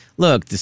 Look